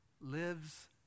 lives